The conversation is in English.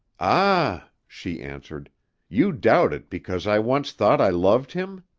ah! she answered you doubt it because i once thought i loved him?